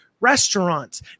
restaurants